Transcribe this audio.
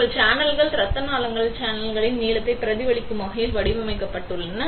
உங்கள் சேனல்கள் இரத்த நாளங்களின் சேனல் நீளத்தைப் பிரதிபலிக்கும் வகையில் வடிவமைக்கப்பட்டுள்ளன